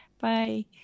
bye